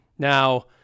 Now